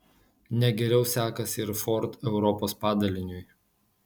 ne geriau sekasi ir ford europos padaliniui